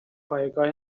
پایگاه